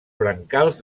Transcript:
brancals